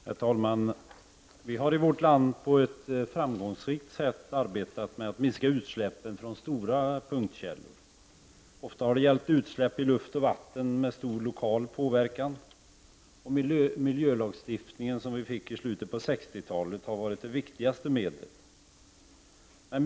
Herr talman! Vi har i vårt land på ett framgångsrikt sätt arbetat med att minska utsläppen från stora punktkällor. Ofta har det gällt utsläpp i luft och vatten och med stor lokal påverkan. Miljölagstiftningen som kom i slutet av 60-talet har varit det viktigaste medlet.